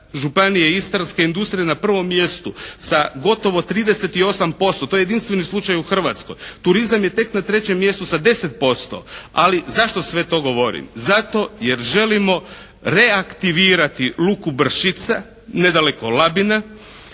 županije Istarske industrija je na prvom mjestu sa gotovo 38% to je jedinstveni slučaj u Hrvatskoj. Turizam je tek na trećem mjestu sa 10%, ali zašto sve to govorim, zato jer želimo reaktivirati luku Brčica, nedaleko Labina